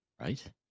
Right